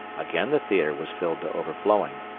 again the theatre was filled to overflowing,